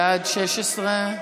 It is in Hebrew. בעד, 16,